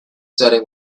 setting